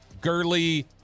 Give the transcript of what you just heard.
Gurley